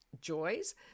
joys